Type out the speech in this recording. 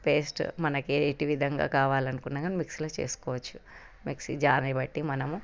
paste మనకి ఎట్టి విధంగా కావాలనుకున్న కాని మిక్సీలో చేసుకోవచ్చు మిక్సీ జార్ని బట్టి మనం